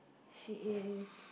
she is